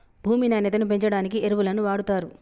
భూమి నాణ్యతను పెంచడానికి ఎరువులను వాడుతారు